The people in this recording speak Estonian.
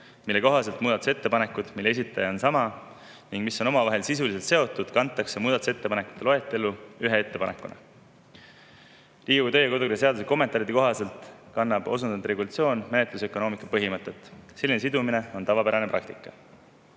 mille kohaselt muudatusettepanekud, mille esitaja on sama ning mis on omavahel sisuliselt seotud, kantakse muudatusettepanekute loetellu ühe ettepanekuna. Riigikogu kodu‑ ja töökorra seaduse kommentaaride kohaselt kannab osundatud regulatsioon menetlusökonoomika põhimõtet, selline sidumine on tavapärane praktika.